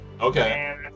Okay